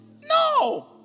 No